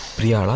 priya,